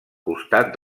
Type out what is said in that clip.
costat